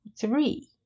three